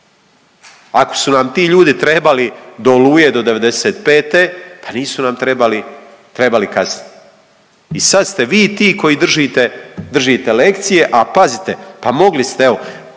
Ako su nam ti ljudi trebali do Oluje do '95. pa nisu nam trebali kasnije. I sad ste vi ti koji držite lekcije, a pazite pa mogli ste evo